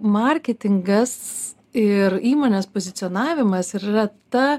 marketingas ir įmonės pozicionavimas ir yra ta